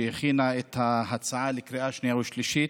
שהכינה את ההצעה לקריאה השנייה והשלישית,